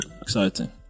Exciting